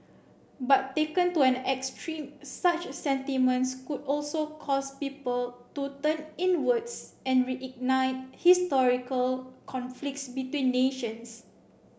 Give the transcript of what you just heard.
but taken to an extreme such sentiments could also cause people to turn inwards and reignite historical conflicts between nations